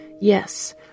Yes